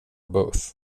both